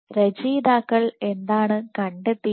രചയിതാക്കൾ എന്താണ് കണ്ടെത്തിയത്